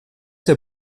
der